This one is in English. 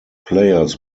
players